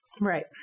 Right